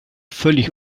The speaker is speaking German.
völlig